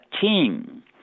team